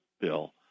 bill